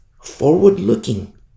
forward-looking